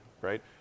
right